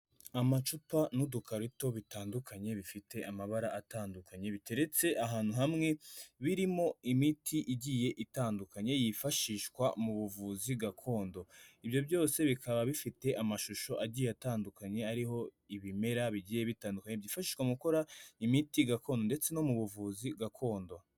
Amacupa n'udukarito bitandukanye bifite amabara atandukanye biteretse ahantu hamwe, birimo imiti igiye itandukanye yifashishwa mu buvuzi gakondo. Ibyo byose bikaba bifite amashusho agiye atandukanye, ariho ibimera bigiye byifashishwa mu gukora imiti gakondo, ndetse no mu buvuzi gakondo.